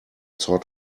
sort